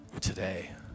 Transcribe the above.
today